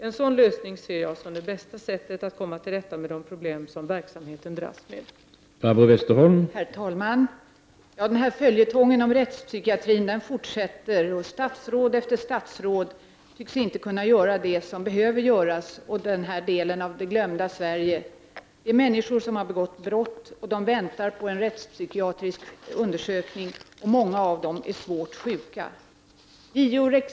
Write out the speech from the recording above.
En sådan lösning ser jag som det bästa sättet att komma till rätta med de problem som verksamheten dras med.